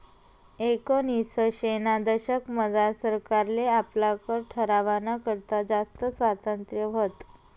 एकोनिसशेना दशकमझार सरकारले आपला कर ठरावाना करता जास्त स्वातंत्र्य व्हतं